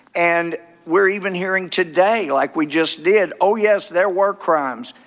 and we're even hearing today, like we just did, oh, yes, there were crimes.